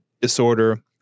disorder